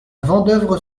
vendeuvre